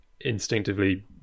instinctively